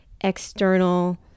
external